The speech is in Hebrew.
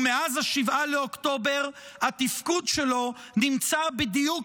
ומאז 7 באוקטובר התפקוד שלו נמצא בדיוק